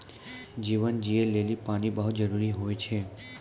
जीवन जियै लेलि पानी बहुत जरूरी होय छै?